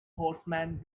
horsemen